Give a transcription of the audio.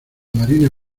marina